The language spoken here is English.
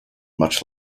much